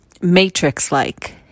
Matrix-like